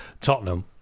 Tottenham